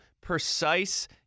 precise